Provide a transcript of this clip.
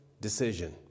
decision